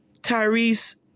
Tyrese